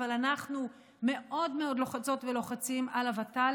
אבל אנחנו מאוד מאוד לוחצות ולוחצים על הוות"ל